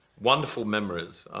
wonderful memories.